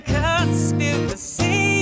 conspiracy